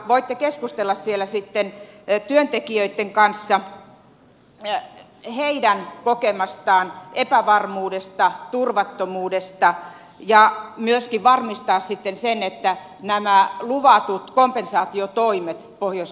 voitte keskustella siellä sitten työntekijöitten kanssa heidän kokemastaan epävarmuudesta ja turvattomuudesta ja myöskin varmistaa sitten sen että nämä luvatut kompensaatiotoimet pohjois karjalaan tulevat